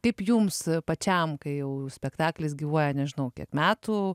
kaip jums pačiam kai jau spektaklis gyvuoja nežinau kiek metų